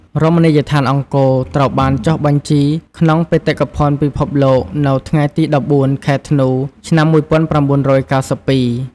រមណីយដ្ឋានអង្គរ ត្រូវបានចុះបញ្ជីក្នុងបេតិកភណ្ឌភិភពលោកនៅថ្ងៃទី១៤ ខែធ្នូ ឆ្នាំ១៩៩២។